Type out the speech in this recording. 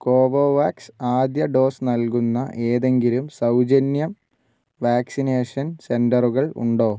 Covovax ആദ്യ dose നൽകുന്ന ഏതെങ്കിലും സൗജന്യം വാക്സിനേഷൻ സെൻററുകൾ ഉണ്ടോ